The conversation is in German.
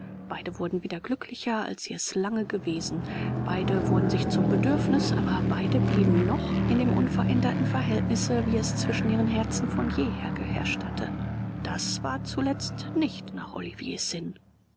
beide wurden wieder glücklicher als sie es lange gewesen beide wurden sich zum bedürfnis aber beide blieben noch in dem unveränderten verhältnisse wie es zwischen ihren herzen von jeher geherrscht hatte das war zuletzt nicht nach oliviers sinn